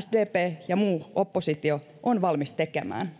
sdp ja muu oppositio on valmis tekemään